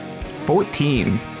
Fourteen